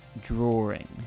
drawing